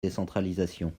décentralisation